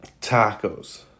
tacos